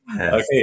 Okay